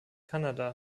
kanada